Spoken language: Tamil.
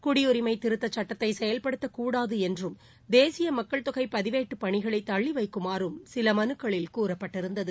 குடியுரிஸம திருத்தச் சட்டத்தை செயல்படுத்தக்கூடாது என்றும் தேசிய மக்கள் தொகை பதிவேட்டுப் பணிகளை தள்ளிவைக்குமாறும் சில மனுக்களில் கூறப்பட்டிருந்தது